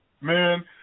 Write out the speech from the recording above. Man